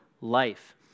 life